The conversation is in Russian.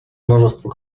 множество